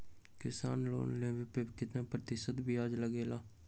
किसान लोन लेने पर कितना प्रतिशत ब्याज लगेगा?